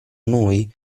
noi